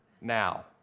now